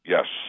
Yes